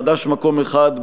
חד"ש: מקום אחד.